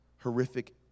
Horrific